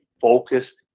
focused